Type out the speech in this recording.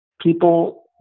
people